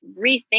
rethink